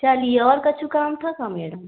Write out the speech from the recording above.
चलिए और कुछ काम था का मैडम